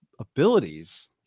abilities